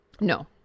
No